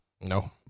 No